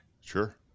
Sure